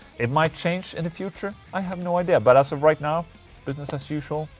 it might change in the future, i have no idea. but as of right now business as usual.